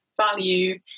value